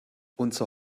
unser